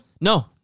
No